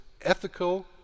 ethical